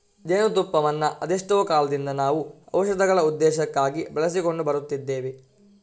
ಜೇನು ತುಪ್ಪವನ್ನ ಅದೆಷ್ಟೋ ಕಾಲದಿಂದ ನಾವು ಔಷಧಗಳ ಉದ್ದೇಶಕ್ಕಾಗಿ ಬಳಸಿಕೊಂಡು ಬರುತ್ತಿದ್ದೇವೆ